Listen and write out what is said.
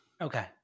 okay